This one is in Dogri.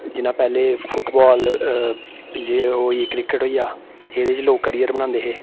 जियां पैह्ले फुटबाल जे ओह् होई गेई क्रिकेट होई गेआ एह्दे च लोक कैरियर बनांदे हे